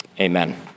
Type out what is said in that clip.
amen